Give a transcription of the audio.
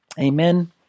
Amen